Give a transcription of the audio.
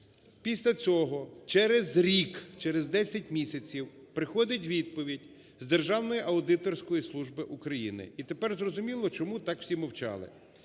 Після цього через рік, через 10 місяців приходить відповідь з Державної аудиторської служби України. І тепер зрозуміло, чому так всі мовчали.